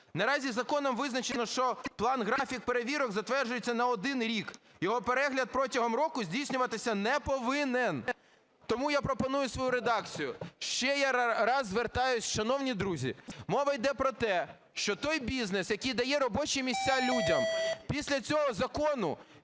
Наразі законом визначено, що план-графік перевірок затверджується на 1 рік. Його перегляд протягом року здійснюватися не повинен. Тому я пропоную свою редакцію. Ще я раз звертаюсь. Шановні друзі, мова йде про те, що той бізнес, який дає робочі місця людям, після цього закону